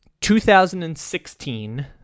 2016